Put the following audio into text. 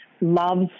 loves